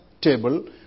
table